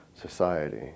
society